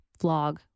vlog